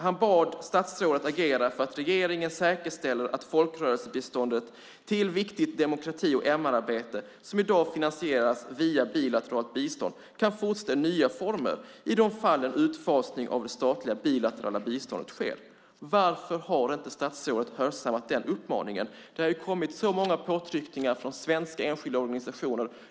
Han bad statsrådet att agera för att regeringen säkerställer att folkrörelsebiståndet till viktigt demokrati och MR-arbete, som i dag finansieras via bilateralt bistånd, kan fortsätta i nya former i de fall en utfasning av det statliga bilaterala biståndet sker. Varför har inte statsrådet hörsammat den uppmaningen? Det har kommit så många påtryckningar från svenska enskilda organisationer.